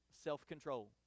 Self-control